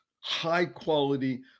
high-quality